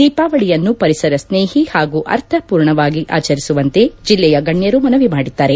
ದೀಪಾವಳಿಯನ್ನು ಪರಿಸರಸ್ನೇಹಿ ಹಾಗೂ ಅರ್ಥಪೂರ್ಣವಾಗಿ ಆಚರಿಸುವಂತೆ ಜಿಲ್ಲೆಯ ಗಣ್ಯರು ಮನವಿ ಮಾಡಿದ್ದಾರೆ